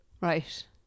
Right